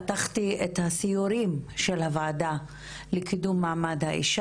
פתחתי את הסיורים של הוועדה לקידום מעמד האישה.